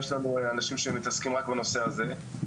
יש לנו אנשים שמתעסקים רק בנושא הזה.